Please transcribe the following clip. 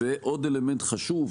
ועוד אלמנט חשוב,